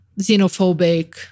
xenophobic